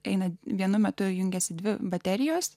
einant vienu metu jungiasi dvi baterijos